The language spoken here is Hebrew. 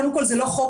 קודם כל, זה לא חוק.